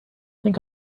think